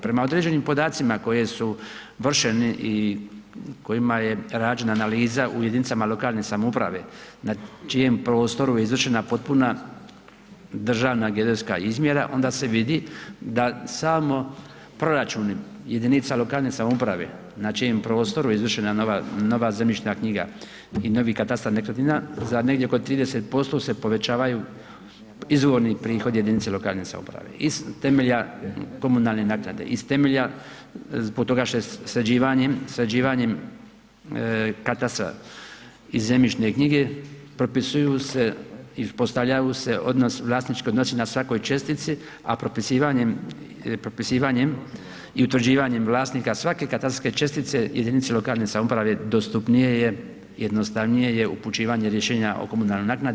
Prema određenim podacima koji su vršeni i kojima je rađena analiza u jedinicama lokalne samouprave na čijem prostoru je izvršena potpuna državna geodetska izmjera onda se vidi da samo proračuni jedinica lokalne samouprave na čije je izvršena nova zemljišna knjiga i novi katastar nekretnina za negdje oko 30% se povećavaju izvorni prihodi jedinice lokalne samouprave iz temelja komunalne naknade, iz temelja zbog toga što je sređivanjem, sređivanjem katastra i zemljišne knjige propisuju se i postavljaju odnos vlasnički odnosi na svakoj čestiti, a propisivanjem i utvrđivanjem vlasnika svake katastarske čestice jedinice lokalne samouprave dostupnije je, jednostavnije je upućivanje rješenja o komunalnoj naknadi.